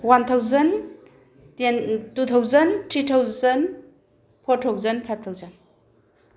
one thousand ten two thousand three thousand four thousand five thousand